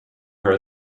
her